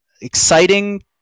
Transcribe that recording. exciting